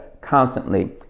constantly